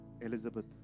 Elizabeth